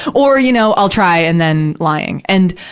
or, you know, i'll try, and then lying. and,